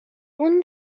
اون